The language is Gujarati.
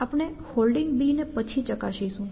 આપણે Holding ને પછી ચકાસીશું